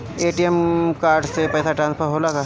ATM card से पैसा transfer होला का?